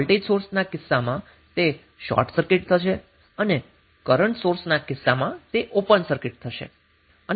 voltage સોર્સના કિસ્સામાં તે શોર્ટ સર્કિટ થશે અને કરન્ટ સોર્સના કિસ્સામાં તે ઓપન સર્કિટ થશે